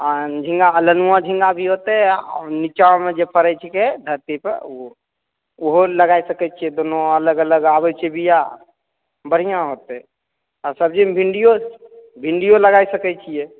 आ झिँगा नेनुआ झिँगा भी होतै आ नीचाँमे जे फड़ै छिकै धरती पर ओ उहो लगाइ सकै छियै दुनू अलग अलग अबै छै बीया बढ़िऑं होतै आ सब्जीमे भिण्डीओ भिण्डीओ लगाइ सकै छियै